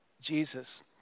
Jesus